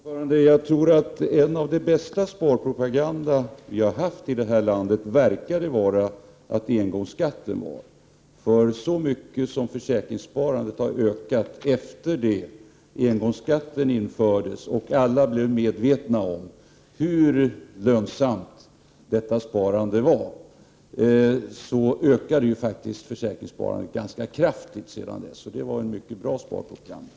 Herr talman! Jag tror att en av de bästa exemplen på sparpropaganda som vi har haft i detta land var införandet av engångsskatten. Efter det att engångsskatten infördes och alla blev medvetna om hur lönsamt försäkringssparandet var så ökade detta sparande faktiskt ganska kraftigt. Det var en mycket bra sparpropaganda.